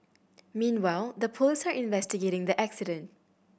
meanwhile the police are investigating the accident